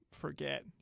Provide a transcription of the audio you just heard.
forget